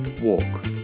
walk